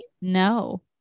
no